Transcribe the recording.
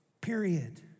period